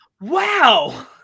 wow